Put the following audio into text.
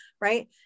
right